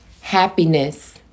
happiness